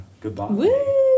Goodbye